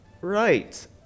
Right